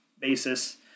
basis